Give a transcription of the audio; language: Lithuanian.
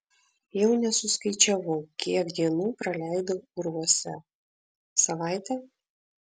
jau nesuskaičiavau kiek dienų praleidau urvuose savaitę